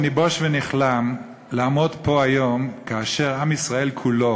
אני בוש ונכלם לעמוד פה היום כאשר עם ישראל כולו